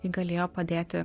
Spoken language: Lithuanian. ji galėjo padėti